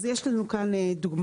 אז יש לנו כאן דוגמאות.